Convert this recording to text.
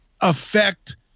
affect